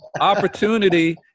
Opportunity